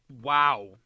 Wow